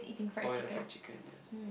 oh ya fried chicken yes